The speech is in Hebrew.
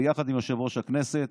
ביחד עם יושב-ראש הכנסת,